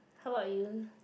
how about you